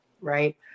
right